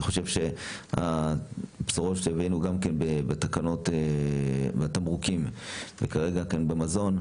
אני חושב שהבשורות שהבאנו בתקנות בתמרוקים וכרגע כאן במזון,